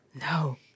No